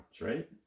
right